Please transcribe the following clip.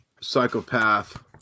Psychopath